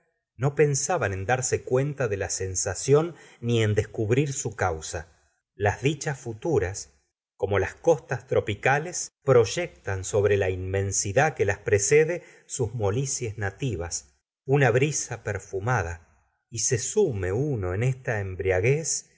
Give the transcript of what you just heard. no pensaban en darse cuenta de la sensación ni en descubrir su causa las dichas futuras como las costas tropicales proyectan sobre la inmensidad que las precede sus molicies nativas una brisa perfumada y se sume uno en esta embriaguez